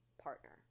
partner